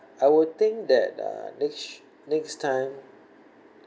I would think that uh niche~ next time